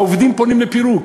העובדים הולכים לפירוק.